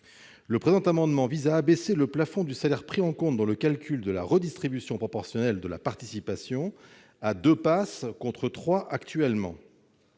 Le présent amendement vise à abaisser le plafond du salaire pris en compte dans le calcul de la redistribution proportionnelle de la participation à deux PASS, contre trois actuellement.